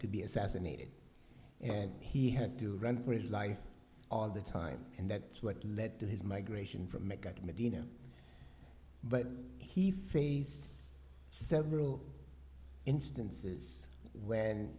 to be assassinated and he had to run for his life all the time and that's what led to his migration from mecca medina but he faced several instances when